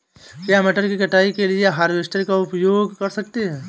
क्या मटर की कटाई के लिए हार्वेस्टर का उपयोग कर सकते हैं?